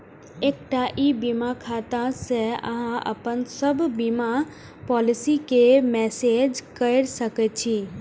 एकटा ई बीमा खाता सं अहां अपन सब बीमा पॉलिसी कें मैनेज कैर सकै छी